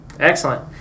Excellent